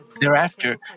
Thereafter